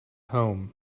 home